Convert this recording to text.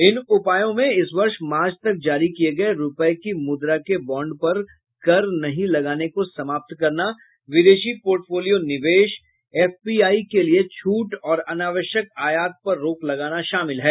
इन उपायों में इस वर्ष मार्च तक जारी किए गए रुपये की मुद्रा के बॉन्ड पर कर समाप्त करना विदेशी पोर्टफोलियो निवेश एफपीआई के लिए छूट और अनावश्यक आयात पर रोक लगाना शामिल हैं